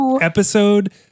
episode